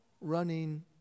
running